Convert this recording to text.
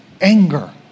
anger